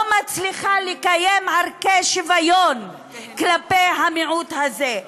לא מצליחה לקיים ערכי שוויון כלפי המיעוט הזה,